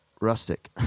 rustic